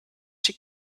she